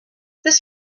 this